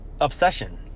obsession